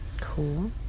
Cool